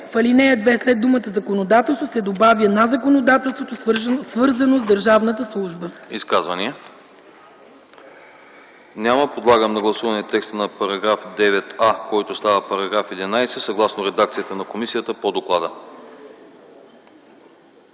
ал. 2 след думата „законодателство” се добавя „на законодателството, свързано с държавната служба”.”